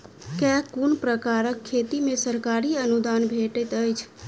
केँ कुन प्रकारक खेती मे सरकारी अनुदान भेटैत अछि?